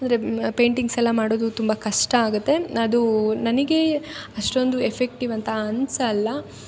ಅಂದರೆ ಪೇಂಟಿಂಗ್ಸ್ ಎಲ್ಲ ಮಾಡೋದು ತುಂಬ ಕಷ್ಟ ಆಗುತ್ತೆ ಅದು ನನಗೆ ಅಷ್ಟೊಂದು ಎಫಿಕ್ಟಿವ್ ಅಂತ ಅನಿಸಲ್ಲ